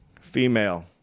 female